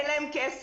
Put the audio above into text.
אין להם כסף.